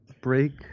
break